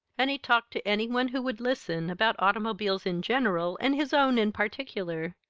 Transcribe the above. and he talked to any one who would listen about automobiles in general and his own in particular,